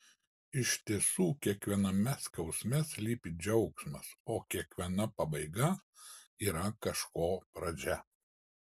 iš tiesų kiekviename skausme slypi džiaugsmas o kiekviena pabaiga yra kažko pradžia